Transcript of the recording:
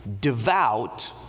devout